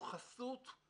אז